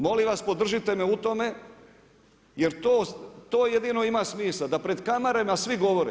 Molim vas podržite me u tome, jer to jedino ima smisla, da pred kamerama svi govore.